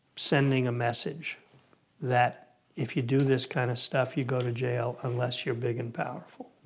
sending a message that if you do this kind of stuff, you go to jail unless you're big and powerful.